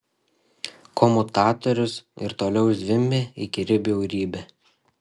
komutatorius ir toliau zvimbia įkyri bjaurybė